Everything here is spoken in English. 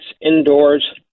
indoors